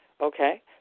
Okay